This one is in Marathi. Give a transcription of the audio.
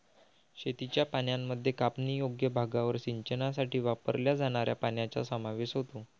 शेतीच्या पाण्यामध्ये कापणीयोग्य भागावर सिंचनासाठी वापरल्या जाणाऱ्या पाण्याचा समावेश होतो